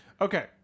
Okay